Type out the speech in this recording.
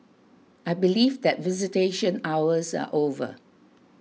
I believe that visitation hours are over